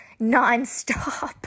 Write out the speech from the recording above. nonstop